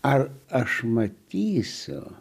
ar aš matysiu